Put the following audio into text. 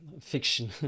fiction